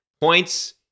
points